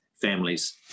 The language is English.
Families